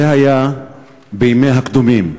זה היה בימים הקדומים.